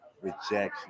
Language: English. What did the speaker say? Rejection